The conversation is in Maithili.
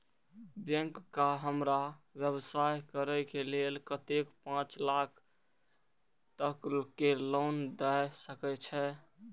बैंक का हमरा व्यवसाय करें के लेल कतेक पाँच लाख तक के लोन दाय सके छे?